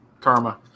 karma